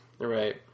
right